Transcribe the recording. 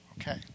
Okay